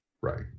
Right